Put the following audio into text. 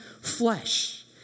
flesh